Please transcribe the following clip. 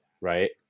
right